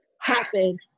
happen